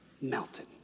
melted